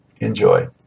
Enjoy